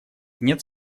нет